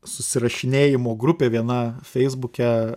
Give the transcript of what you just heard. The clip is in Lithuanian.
susirašinėjimo grupė viena feisbuke